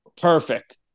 perfect